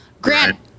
Grant